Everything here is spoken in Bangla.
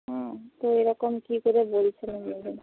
তো এরকম কি করে বলছিলেন